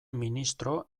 ministro